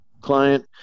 client